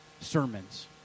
sermons